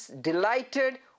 delighted